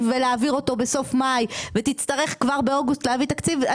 ולהעביר אותו בסוף מאי ותצטרך כבר באוגוסט להביא תקציב,